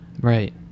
Right